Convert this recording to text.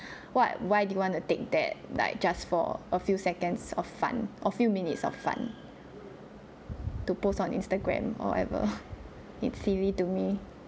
what why do you want to take that like just for a few seconds of fun a few minutes of fun to post on Instagram or whatever it's silly to me